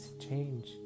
change